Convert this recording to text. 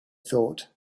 thought